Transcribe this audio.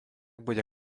bude